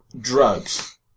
drugs